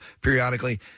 periodically